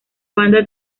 banda